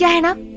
yeah naina.